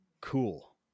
cool